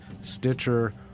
Stitcher